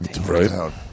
right